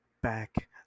back